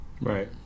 Right